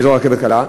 ברכבת הקלה.